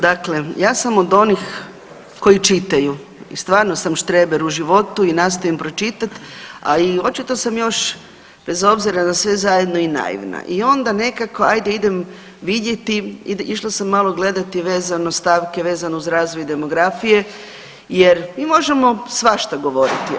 Dakle ja sam od onih koji čitaju i stvarno sam štreber u životu i nastojim pročitati, a i očito sam još bez obzira na sve zajedno i naivna i onda nekako hajde idem vidjeti, išla sam malo gledati vezano stavke vezano uz razvoj demografije, jer mi možemo svašta govoriti.